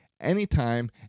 anytime